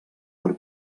per